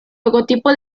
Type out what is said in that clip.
logotipo